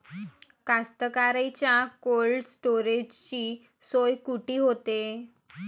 कास्तकाराइच्या कोल्ड स्टोरेजची सोय कुटी होते?